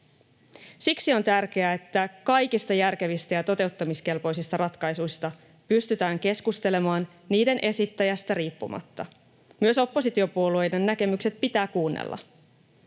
Siksi on tärkeää, että kaikista järkevistä ja toteuttamiskelpoisista ratkaisuista pystytään keskustelemaan niiden esittäjästä riippumatta. Myös oppositiopuolueiden näkemykset pitää kuunnella.